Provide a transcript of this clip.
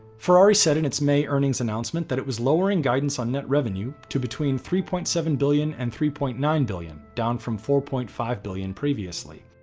ferrari said in its may earnings announcement that it was lowering guidance on net revenue to between three point seven billion and three point nine billion, down from four point five billion previously.